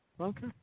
Okay